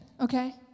okay